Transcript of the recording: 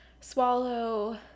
swallow